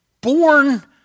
born